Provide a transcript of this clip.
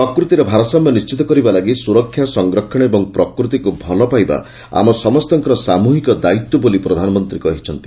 ପ୍ରକୃତିରେ ଭାରସାମ୍ୟ ନିର୍ଣ୍ଣିତ କରିବା ଲାଗି ସୁରକ୍ଷା ସଂରକ୍ଷଣ ଏବଂ ପ୍ରକୃତିକୁ ଭଲପାଇବା ଆମ ସମସ୍ତଙ୍କର ସାମୃହିକ ଦାୟିତ୍ୱ ବୋଲି ପ୍ରଧାନମନ୍ତ୍ରୀ କହିଛନ୍ତି